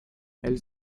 elles